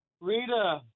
Rita